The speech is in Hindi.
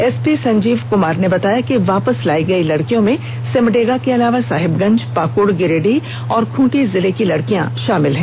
एसपी संजीव कुमार ने बताया कि लाई गई लड़कियों में सिमडेगा के अलावा साहेबगंज पाकुड़ गिरिडीह और खूंटी जिले की लड़कियां शामिल हैं